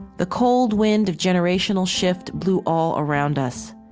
the cold wind of generational shift blew all around us,